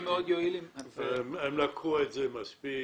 הם קבעו כאן מספיק: